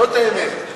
זאת האמת.